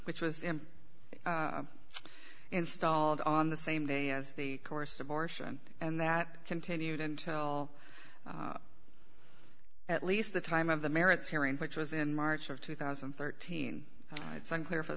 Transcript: which was him installed on the same day as the course abortion and that continued until at least the time of the merits hearing which was in march of two thousand and thirteen it's unclear f